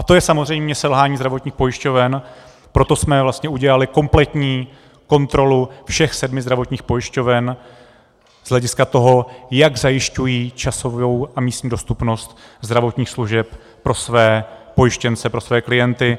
To je samozřejmě selhání zdravotních pojišťoven, proto jsme udělali kompletní kontrolu všech sedmi zdravotních pojišťoven z hlediska toho, jak zajišťují časovou a místní dostupnost zdravotních služeb pro své pojištěnce, pro své klienty.